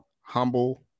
Humble